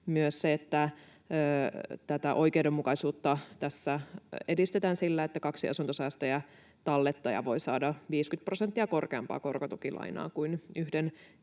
parisuhteisiin. Oikeudenmukaisuutta edistetään myös sillä, että kaksi asuntosäästötallettajaa voi saada 50 prosenttia enemmän korkotukilainaa kuin yhden